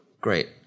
Great